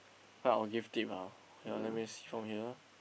uh I'll give tip ah okay lor let me see from here